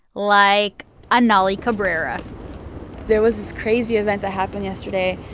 like anali cabrera there was this crazy event that happened yesterday.